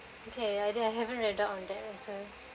okay I didn't I haven't read up on that so